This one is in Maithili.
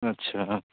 अच्छा